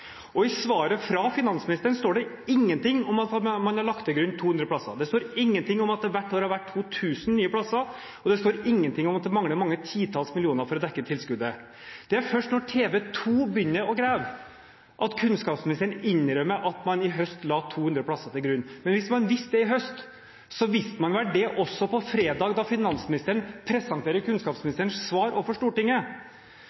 I svaret fra finansministeren står det ingenting om at man har lagt til grunn 200 plasser, det står ingenting om at det hvert år har vært 2 000 nye plasser, og det står ingenting om at det mangler mange titalls millioner for å dekke tilskuddet. Det er først når TV2 begynner å grave at kunnskapsministeren innrømmer at man i høst la 200 plasser til grunn. Men hvis man visste det i høst, visste man vel det også på fredag da finansministeren